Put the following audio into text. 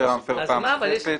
הפר המפר פעם נוספת,